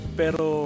pero